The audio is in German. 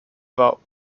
war